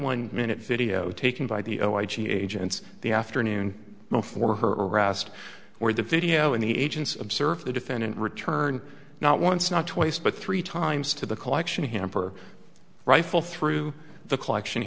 one minute video taken by the o i g agents the afternoon before her arrest for the video and the agents observed the defendant return not once not twice but three times to the collection hamper rifle through the collection